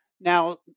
Now